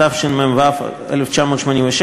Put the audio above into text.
התשמ"ו 1986,